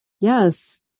Yes